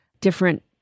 different